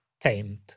tamed